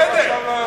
בסדר,